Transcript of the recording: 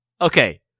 Okay